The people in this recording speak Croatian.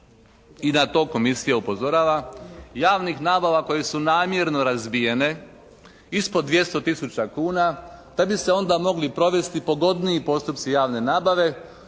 i na to Komisija upozorava javnih nabava koje su namjerno razbijene ispod 200 tisuća kuna da bi se onda mogli provesti pogodniji postupci javne nabave